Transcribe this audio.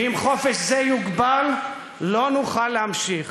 ואם חופש זה יוגבל לא נוכל להמשיך.